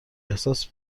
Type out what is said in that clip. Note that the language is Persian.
احساس